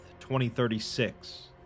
2036